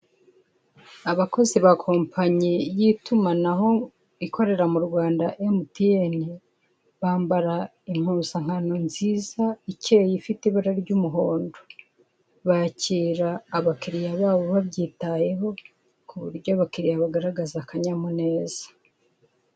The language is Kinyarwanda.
Abakozi ba kompaye y'itumanaho ikorera mu Rwanda emutiyeni, bambara impuzankano nziza y'ibara ry'umuhondo, bakira abakiliya babo babyitayeho ku burya abakiliya bagaragaza akanyamuneza.